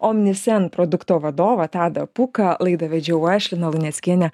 omnisen produkto vadovą tadą pūką laidą vedžiau aš lina luneckienė